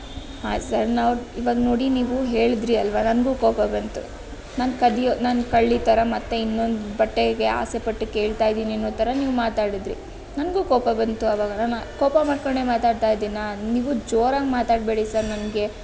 ಹಾಂ ಸರ್ ನಾವು ಈವಾಗ ನೋಡಿ ನೀವು ಹೇಳಿದಿರಿ ಅಲ್ವಾ ನನಗೂ ಕೋಪ ಬಂತು ನಾನು ಕದಿಯೋ ನಾನು ಕಳ್ಳಿ ಥರ ಮತ್ತೆ ಇನ್ನೊಂದು ಬಟ್ಟೆಗೆ ಆಸೆಪಟ್ಟು ಕೇಳ್ತಾ ಇದ್ದೀನಿ ಅನ್ನೋ ಥರ ನೀವು ಮಾತಾಡಿದಿರಿ ನನಗೂ ಕೋಪ ಬಂತು ಆವಾಗ ನಾನು ಕೋಪ ಮಾಡಿಕೊಂಡೇ ಮಾತಾಡ್ತಾ ಇದ್ದೀನಾ ನೀವು ಜೋರಾಗಿ ಮಾತಾಡಬೇಡಿ ಸರ್ ನನಗೆ